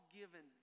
given